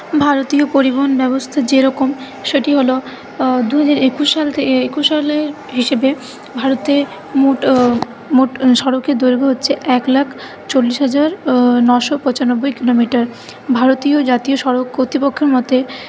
ভারতীয় পরিবহন ব্যবস্থা যেরকম সেটি হল দু হাজার একুশ সাল থে একুশ সালের হিসেবে ভারতে মোট মোট সড়কের দৈর্ঘ্য হচ্ছে এক লাখ চল্লিশ হাজার নশো পঁচানব্বই কিলোমিটার ভারতীয় জাতীয় সড়ক কর্তৃপক্ষের মতে